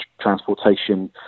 transportation